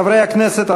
חברי הכנסת,